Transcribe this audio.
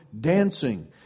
dancing